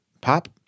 Pop